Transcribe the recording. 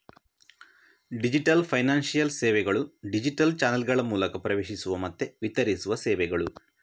digital financial ಸೇವೆಗಳು digital ಚಾನಲ್ಗಳ ಮೂಲಕ ಪ್ರವೇಶಿಸುವ ಮತ್ತೆ ವಿತರಿಸುವ ಸೇವೆಗಳು